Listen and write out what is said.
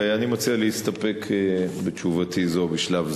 ואני מציע להסתפק בתשובתי זאת בשלב זה.